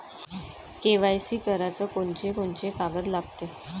KYC कराच कोनचे कोनचे कागद लागते?